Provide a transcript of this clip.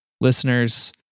Listeners